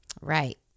right